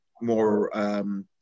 more